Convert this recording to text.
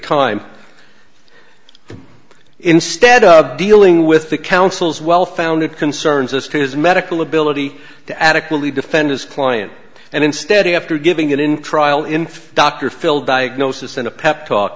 time instead of dealing with the counsel's well founded concerns us his medical ability to adequately defend his client and instead he after giving it in trial in dr phil diagnosis in a pep talk